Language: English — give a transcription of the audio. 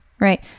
Right